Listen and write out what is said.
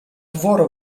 duorre